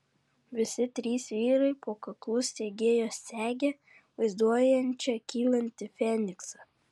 visi trys vyrai po kaklu segėjo segę vaizduojančią kylantį feniksą